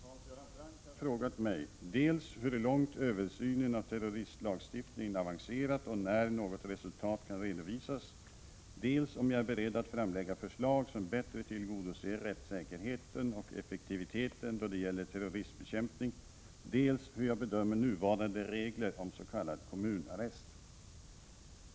Fru talman! Hans Göran Franck har frågat mig dels hur långt översynen av terroristlagstiftningen avancerat och när något resultat kan redovisas, dels om jag är beredd att framlägga förslag som bättre tillgodoser rättssäkerheten och effektiviteten då det gäller terroristbekämpningen, dels hur jag bedömer nuvarande regler om s.k. kommunarrest.